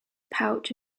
pouch